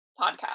podcast